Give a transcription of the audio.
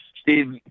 Steve